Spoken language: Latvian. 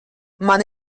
man